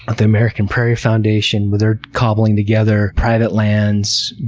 ah the american prairie foundation, where they're cobbling together private lands,